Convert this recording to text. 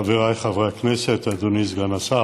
חבריי חברי הכנסת, אדוני סגן השר,